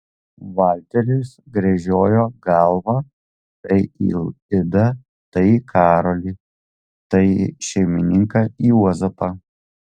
valteris gręžiojo galvą tai į idą ir karolį tai į šeimininką juozapą